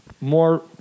more